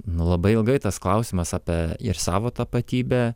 labai ilgai tas klausimas apie savo tapatybę